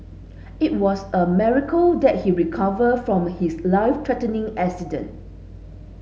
it was a miracle that he recover from his life threatening accident